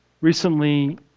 recently